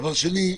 דבר שני,